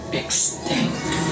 extinct